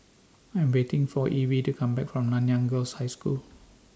I Am waiting For Evie to Come Back from Nanyang Girls' High School